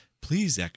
please